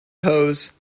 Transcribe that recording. pose